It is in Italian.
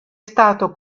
stato